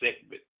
segment